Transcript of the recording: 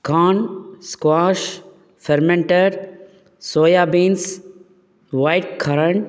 corn squash fermented soya beans white current